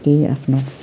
केही आफ्नो